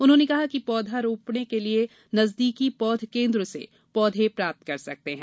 उन्होंने कहा कि पौधा रोपण के लिये नजदीकी पौध केन्द्र से पौधे प्राप्त कर सकते हैं